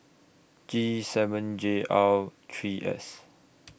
G seven J R three S